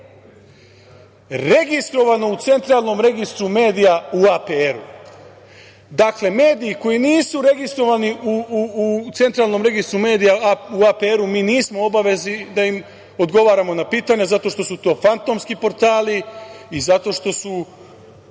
registrovano u centralnom registru medija APR-u. Dakle, mediji koji nisu registrovani u Centralnom registru medija, u APR-u, mi nismo u obavezi da im odgovaramo na pitanja zato što su to fantomski portali i zato što su